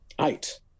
eight